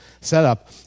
setup